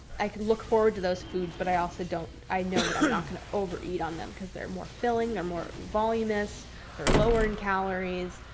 i could look forward to those foods. but i also don't, i know that i'm not going to overeat on them cause they're more filling. they're more voluminous. they're lower in calories.